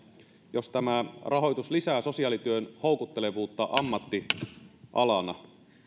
rahoitus lisää sosiaalityön houkuttelevuutta ammattialana